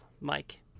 Mike